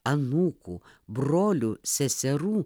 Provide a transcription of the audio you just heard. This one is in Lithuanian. anūkų brolių seserų